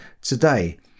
today